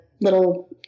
little